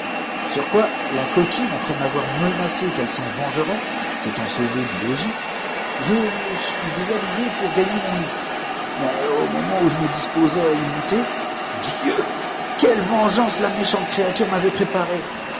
sur quoi la coquine après m'avoir menacé de sa vengeance s'élant sauvée du logis je me suis déshabillé pour gagner mon lit mais au moment d'y monter dieu i quelle vengeance la méchante créature m'avait préparée